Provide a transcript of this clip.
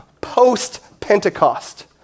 post-Pentecost